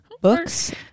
Books